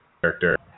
character